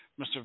Mr